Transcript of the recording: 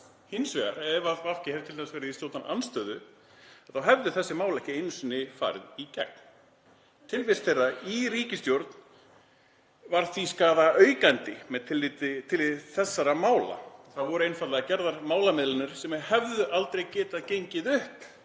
fram að ef VG hefði t.d. verið í stjórnarandstöðu, þá hefðu þessi mál ekki einu sinni farið í gegn. Tilvist þeirra í ríkisstjórn var því skaðaaukandi með tilliti til þessara mála. Það voru einfaldlega gerðar málamiðlanir sem hefðu aldrei getað gengið upp